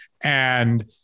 and-